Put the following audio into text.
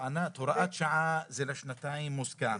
הוראת שעה זה מוסכם לשנתיים.